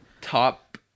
Top